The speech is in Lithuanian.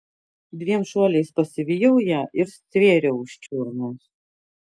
dviem šuoliais pasivijau ją ir stvėriau už čiurnos